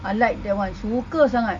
I like that [one] suka sangat